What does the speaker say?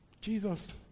Jesus